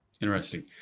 Interesting